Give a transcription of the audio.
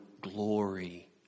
glory